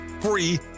free